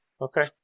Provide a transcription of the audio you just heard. Okay